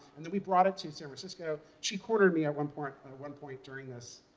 and then we brought it to san francisco. she cornered me at one point one point during this